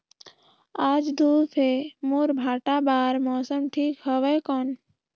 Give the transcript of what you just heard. आज धूप हे मोर भांटा बार मौसम ठीक हवय कौन?